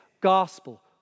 gospel